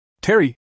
Terry